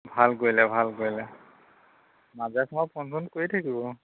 ভাল কৰিলে ভাল কৰিলে মাজে সময়ে ফোন চোন কৰি থাকিব